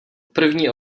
první